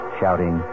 shouting